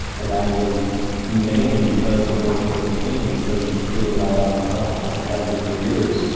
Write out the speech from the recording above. and that was mainly because of working with a team instead of just doing it all by myself like i had been for years.